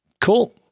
cool